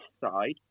side